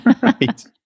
Right